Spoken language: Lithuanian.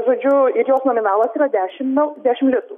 žodžiu ir jos nominalas yra dešim eu dešim litų